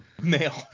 male